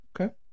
Okay